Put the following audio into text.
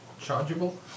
Chargeable